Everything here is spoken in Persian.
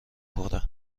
پره